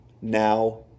now